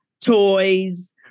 toys